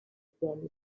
promise